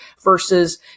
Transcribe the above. versus